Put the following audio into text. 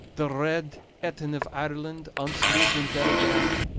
the red etin of ireland ance lived in bellygan,